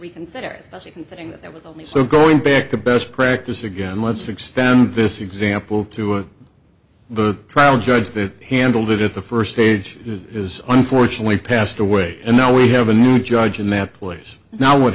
reconsider specially considering that there was only so going back to best practice again let's extend this example to the trial judge that handled it at the first stage is unfortunately passed away and now we have a new judge in that place now what